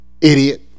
Idiot